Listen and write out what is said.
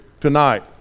tonight